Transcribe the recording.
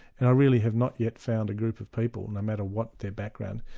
and i really have not yet found a group of people, no matter what their background,